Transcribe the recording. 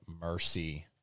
mercy